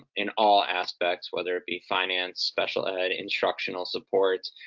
in all aspects, whether it be finance, special ed, instructional support,